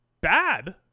bad